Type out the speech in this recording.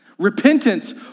Repentance